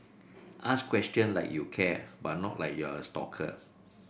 ask question like you care but not like you're a stalker